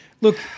look